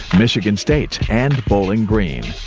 michigan state and bowling green,